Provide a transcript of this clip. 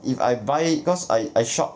if I buy cause I I shop